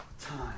Time